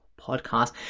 Podcast